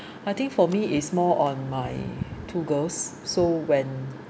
I think for me is more on my two girls so when